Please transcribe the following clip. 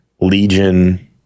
Legion